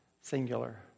singular